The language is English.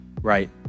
Right